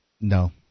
No